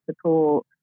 support